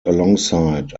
alongside